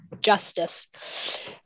justice